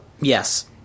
Yes